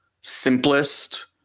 simplest